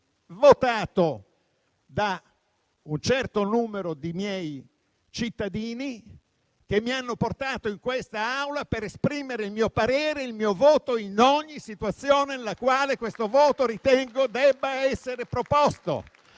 eletto da un certo numero di miei cittadini che mi hanno portato in questa Aula per esprimere il mio parere e il mio voto in ogni situazione nella quale questo voto ritengo debba essere proposto.